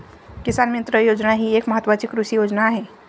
किसान मित्र योजना ही एक महत्वाची कृषी योजना आहे